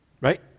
Right